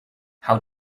how